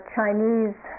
Chinese